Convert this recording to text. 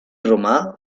romà